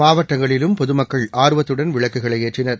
மாவட்டங்களிலும் பொதுமக்கள் ஆர்வத்துடன் விளக்குககளைஏற்றினர்